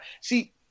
see